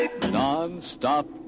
Non-Stop